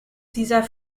dieser